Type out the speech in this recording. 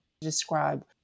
describe